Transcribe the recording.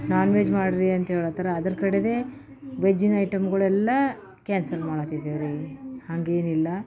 ನಾನ್ veg ಮಾಡ್ರೀ ಅಂತ ಹೇಳತ್ತಾರ ಅದರ ಕಡೆದೇ ವೆಜ್ಜಿನ ಐಟಮ್ಗಳೆಲ್ಲ ಕ್ಯಾನ್ಸಲ್ ಮಾಡುತಿದ್ದೇವ್ರೀ ಹಾಗೇನಿಲ್ಲ